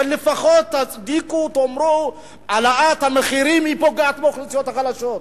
אבל לפחות תצדיקו ותאמרו: העלאת המחירים פוגעת באוכלוסיות החלשות.